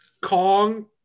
Kong